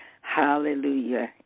hallelujah